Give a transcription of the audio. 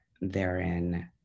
therein